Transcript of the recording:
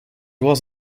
was